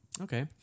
okay